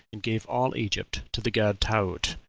and gave all egypt to the god taaut,